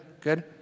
Good